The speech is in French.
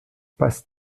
basse